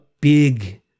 big